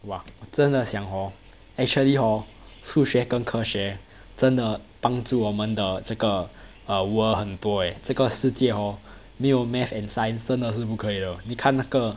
哇真的想 hor actually hor 数学跟科学真的帮助我们的这个 uh world 很多诶这个世界 hor 没有 math and science 真的是不可以的你看那个